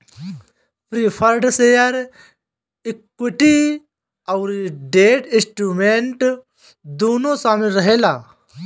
preferred share equity अउरी debt instrument दूनो शामिल रहेला